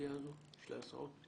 לסוגיה הזאת של ההסעות?